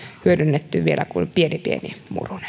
hyödynnetty vielä kuin pienen pieni murunen